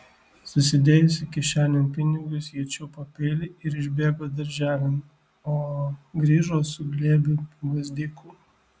susidėjusi kišenėn pinigus ji čiupo peilį ir išbėgo darželin o grįžo su glėbiu gvazdikų